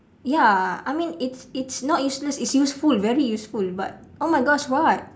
ya I mean it's it's not useless it's useful very useful but oh my gosh what